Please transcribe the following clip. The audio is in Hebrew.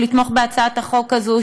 לתמוך בהצעת החוק הזו,